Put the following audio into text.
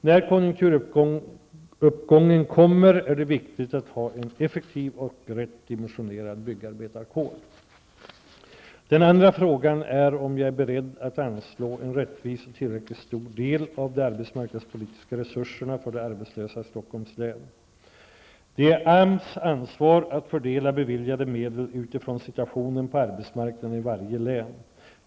När konjunkturuppgången kommer är det viktigt att ha en effektiv och rätt dimensionerad byggarbetarkår. Den andra frågan är om jag är beredd att anslå en rättvis och tillräckligt stor del av de arbetsmarknadspolitiska resurserna för de arbetslösa i Stockholms län. Det är AMS ansvar att fördela beviljade medel utifrån situationen på arbetsmarknaden i varje län.